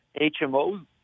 HMOs